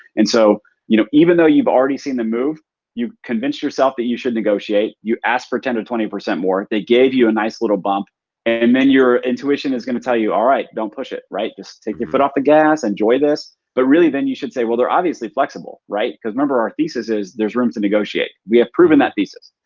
and so you know even though you've already seen them move you've convinced yourself that you should negotiate. you asked for ten to twenty percent more. they gave you a nice little bump and then your intuition is gonna tell you, all right. don't push it. just take your foot off the gas. enjoy this. but really then you should say, well, they're obviously flexible. right? cause remember our thesis is there's room to negotiate. we have proven that thesis.